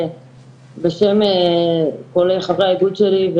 בשם כל חברי האיגוד שלי,